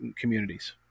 communities